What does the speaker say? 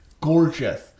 gorgeous